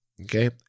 Okay